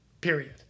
period